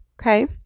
Okay